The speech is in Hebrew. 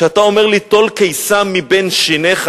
כשאתה אומר לי: טול קיסם מבין שיניך,